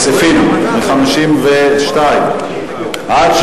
שסעיפים 52 67,